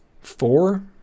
Four